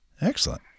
Excellent